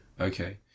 Okay